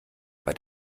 bei